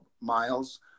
miles